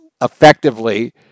effectively